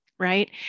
Right